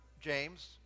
James